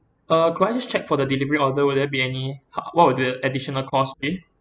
uh could I just check for the delivery order will there be any ha~ what would the additional cost be